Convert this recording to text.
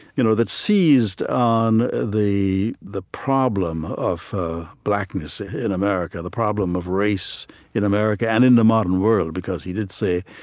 you know that seized on the the problem of blackness ah in america, the problem of race in america and in the modern world because he did say,